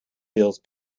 beeld